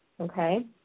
okay